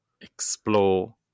explore